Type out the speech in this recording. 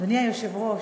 אדוני היושב-ראש,